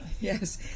Yes